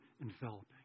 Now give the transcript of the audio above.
enveloping